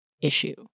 issue